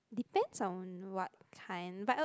depends on what kind but